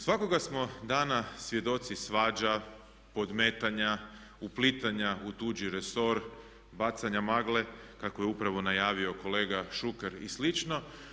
Svakoga smo dana svjedoci svađa, podmetanja, uplitanja u tuđi resor, bacanja magle kako je upravo najavio kolega Šuker i slično.